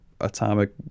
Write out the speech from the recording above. atomic